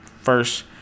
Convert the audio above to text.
first